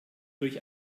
durch